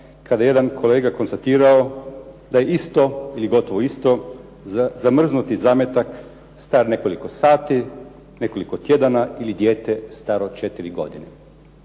kada je jedan kolega konstatirao da isto ili gotovo isto zamrznuti zametak star nekoliko sati, nekoliko tjedana ili dijete staro 4 godine.